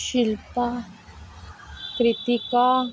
Shilpa Kritika